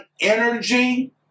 energy